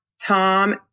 Tom